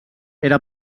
era